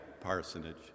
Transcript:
parsonage